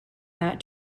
that